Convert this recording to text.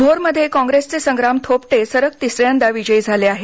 भोरमध्ये कॉंग्रेसचे संग्राम थोपटे सलग तिसऱ्यांदा विजयी झाले आहेत